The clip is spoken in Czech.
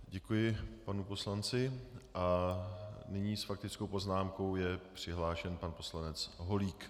Děkuji panu poslanci a nyní s faktickou poznámkou je přihlášen pan poslanec Holík.